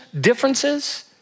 differences